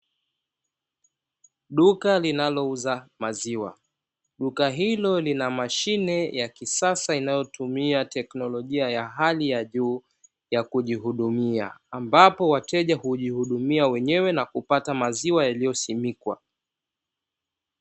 Duka linalouza maziwa, duka hilo lina mashine ya kisasa inayotumia teknolojia ya hali ya juu ya kujihudumia, ambapo wateja hujihudumia wenyewe na kupata maziwa yaliyo simikwa.